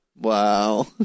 Wow